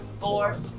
four